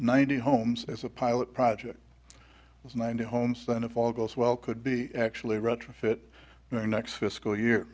ninety homes as a pilot project was ninety homes then of all goes well could be actually retrofit their next fiscal